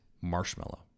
marshmallow